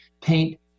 paint